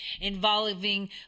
involving